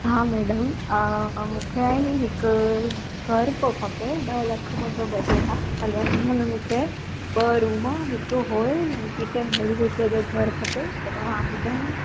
हा मेडम मूंखे आहे नि हिकु घरु पियो खपे ॾह लख मुंहिंजो बजट आहे अगरि हुनमें मूंखे ॿ रूम हिकु हॉल किचन अहिड़ी रीति जो घरु खपे त तव्हां ॿुधाईंदा